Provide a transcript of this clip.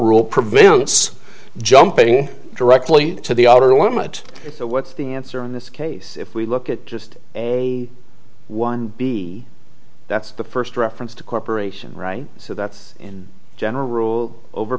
rule prevents jumping directly to the outer limit so what's the answer in this case if we look at just a one b that's the first reference to corp right so that's in general rule over